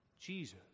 Jesus